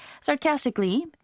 sarcastically